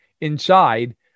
inside